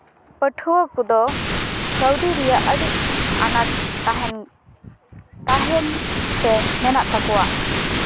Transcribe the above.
ᱯᱟᱹᱴᱷᱩᱣᱟᱹ ᱠᱚᱫᱚ ᱠᱟᱹᱣᱰᱤ ᱨᱮᱭᱟᱜ ᱟᱹᱰᱤ ᱟᱱᱟᱴ ᱛᱟᱦᱮᱱ ᱛᱟᱦᱮᱱ ᱥᱮ ᱢᱮᱱᱟᱜ ᱛᱟᱠᱚᱣᱟ